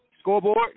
scoreboard